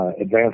advanced